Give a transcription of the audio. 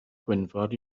gwynfor